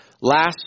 Last